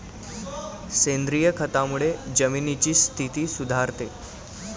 सेंद्रिय खतामुळे जमिनीची स्थिती सुधारते